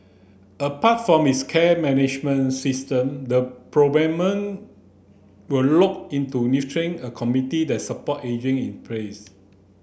apart from its care management system the will lock into nurturing a community that support ageing in place